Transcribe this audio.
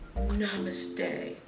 namaste